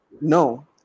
No